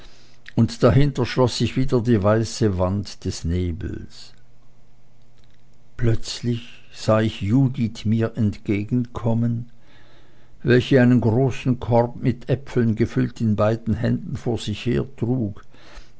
und dahinter schloß sich wieder die weiße wand des nebels plötzlich sah ich judith mir entgegenkommen welche einen großen korb mit äpfeln gefüllt in beiden händen vor sich her